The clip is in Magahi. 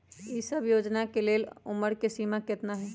ई सब योजना के लेल उमर के सीमा केतना हई?